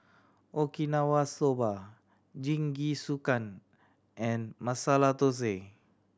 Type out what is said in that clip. Okinawa Soba Jingisukan and Masala Dosa